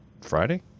Friday